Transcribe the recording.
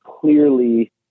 clearly